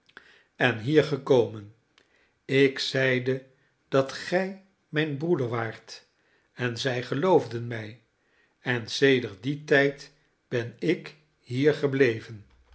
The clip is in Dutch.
en hier gekomen ik zeide dat gij mijn broeder waart en zij geloofden mij en sedert dien tijd ben ik hier gebleven